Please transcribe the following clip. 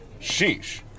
Sheesh